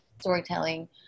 storytelling